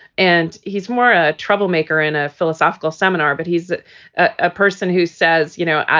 and he's more a troublemaker in a philosophical seminar. but he's that ah person who says, you know,